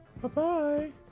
Bye-bye